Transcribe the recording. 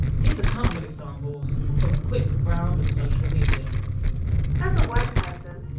here's a couple of examples, from a quick browse of social media as a white person,